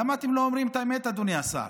למה אתם לא אומרים את האמת, אדוני השר?